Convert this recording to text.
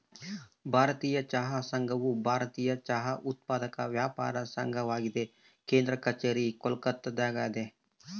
ಭಾರತೀಯ ಚಹಾ ಸಂಘವು ಭಾರತೀಯ ಚಹಾ ಉತ್ಪಾದಕರ ವ್ಯಾಪಾರ ಸಂಘವಾಗಿದೆ ಕೇಂದ್ರ ಕಛೇರಿ ಕೋಲ್ಕತ್ತಾದಲ್ಯಾದ